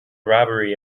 robbery